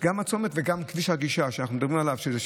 גם הצומת וגם כביש הגישה 7269,